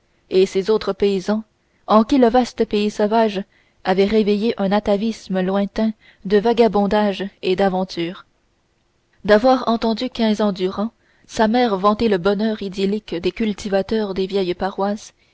et ces autres paysans en qui le vaste pays sauvage avait réveillé un atavisme lointain de vagabondage et d'aventure d'avoir entendu quinze ans durant sa mère vanter le bonheur idyllique des cultivateurs des vieilles paroisses